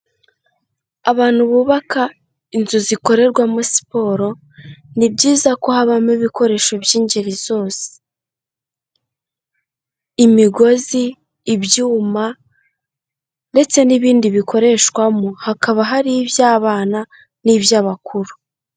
Abantu bubaka inzu zikorerwamo siporo, ni byiza ko habamo ibikoresho by'ingeri zose imigozi, ibyuma ndetse n'ibindi bikoreshwamo, hakaba hari iy'abana n'iby'abakuru.